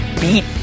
beat